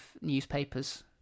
newspapers